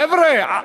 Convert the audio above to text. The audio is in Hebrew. חבר'ה,